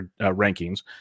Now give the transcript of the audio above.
rankings